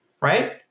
right